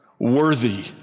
Worthy